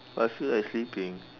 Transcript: but I feel like sleeping